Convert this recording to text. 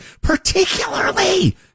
particularly